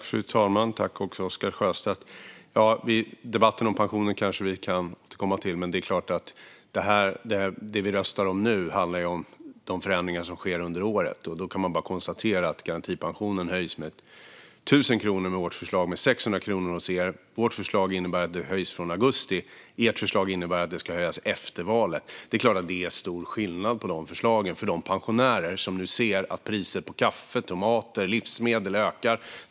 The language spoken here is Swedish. Fru talman! Tack, Oscar Sjöstedt, för frågan! Debatten om pensionen kanske vi kan återkomma till, men det är klart att det vi röstar om nu ju handlar om de förändringar som sker under året. Då kan man bara konstatera att garantipensionen höjs med 1 000 kronor i vårt förslag och med 600 kronor i ert. Vårt förslag innebär att den höjs från augusti medan ert förslag innebär att den ska höjas efter valet. Det är klart att det är stor skillnad på dessa förslag för de pensionärer som nu ser att priset på kaffe, tomater och livsmedel ökar.